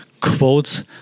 quotes